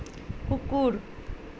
কুকুৰ